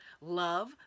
love